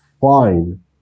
fine